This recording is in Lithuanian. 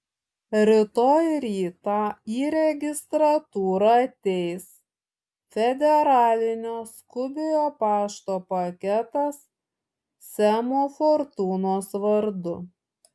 rytoj rytą į registratūrą ateis federalinio skubiojo pašto paketas semo fortūnos vardu